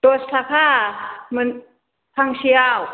दसथाखामोन फांसेयाव